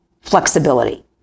flexibility